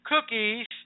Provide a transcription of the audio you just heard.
cookies